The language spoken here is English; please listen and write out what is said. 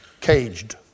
caged